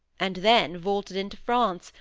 and then vaulted into france,